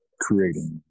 creating